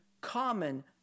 common